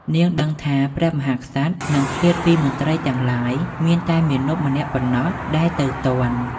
នាងដឹងថាព្រះមហាក្សត្រនឹងឃ្លាតពីមន្ត្រីទាំងឡាយ មានតែមាណពម្នាក់ប៉ុណ្ណោះដែលទៅទាន់។